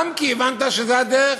גם כי הבנת שזו הדרך,